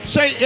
Say